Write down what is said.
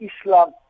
Islam